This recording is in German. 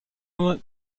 nur